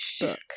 book